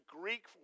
Greek